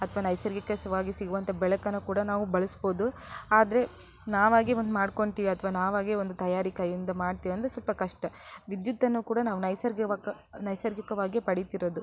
ಅಥವಾ ನೈಸರ್ಗಿಕವಾಗಿ ಸಿಗುವಂಥ ಬೆಳಕನ್ನು ಕೂಡ ನಾವು ಬಳಸ್ಬಹುದು ಆದರೆ ನಾವಾಗೇ ಒಂದು ಮಾಡ್ಕೋತೀವಿ ಅಥವಾ ನಾವಾಗೇ ಒಂದು ತಯಾರಿ ಕೈಯಿಂದ ಮಾಡ್ತೀವಿ ಅಂದರೆ ಸ್ವಲ್ಪ ಕಷ್ಟ ವಿದ್ಯುತ್ತನ್ನು ಕೂಡ ನಾವು ನೈಸರ್ಗಿಕ ನೈಸರ್ಗಿಕವಾಗಿ ಪಡಿತಿರೋದು